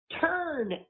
turn